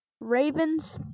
Ravens